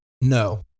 No